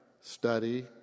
study